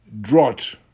drought